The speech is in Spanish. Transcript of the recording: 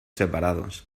separados